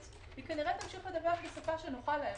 - היא כנראה תמשיך לדווח בשפה שנוחה להם.